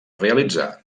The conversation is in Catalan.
realitzar